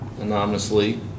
anonymously